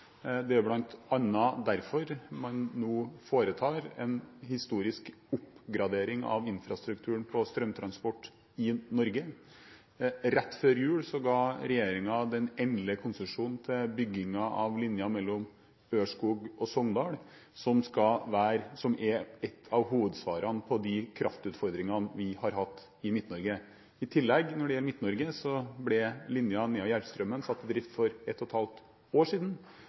Det er bl.a. derfor man nå foretar en historisk oppgradering av infrastrukturen på strømtransport i Norge. Rett før jul ga regjeringen den endelige konsesjonen til byggingen av linjen mellom Ørskog og Sogndal, som er et av hovedsvarene på de kraftutfordringene vi har hatt i Midt-Norge. I tillegg, når det gjelder Midt-Norge, ble linjen Nea–Järpströmmen satt i drift for ett og et halvt år siden,